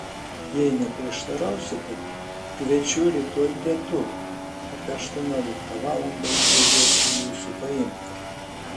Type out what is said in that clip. jei neprieštarausite kviečiu rytoj pietų apie aštuonioliktą valandą užvažiuosiu jūsų paimti